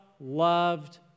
loved